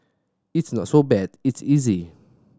it's not so bad it's easy